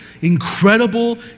incredible